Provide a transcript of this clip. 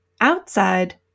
Outside